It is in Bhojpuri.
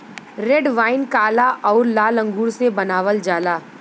रेड वाइन काला आउर लाल अंगूर से बनावल जाला